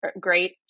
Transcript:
great